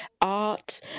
art